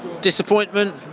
Disappointment